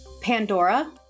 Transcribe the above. Pandora